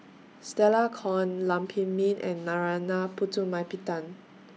Stella Kon Lam Pin Min and Narana Putumaippittan